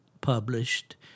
published